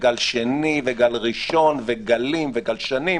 וגל שני וגל ראשון וגלים וגלשנים.